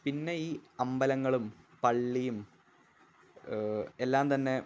പിന്നെ ഈ അമ്പലങ്ങളും പള്ളിയും എല്ലാന്തന്നെ